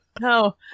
no